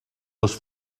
les